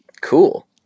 Cool